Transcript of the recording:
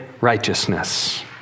righteousness